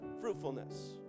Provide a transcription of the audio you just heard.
fruitfulness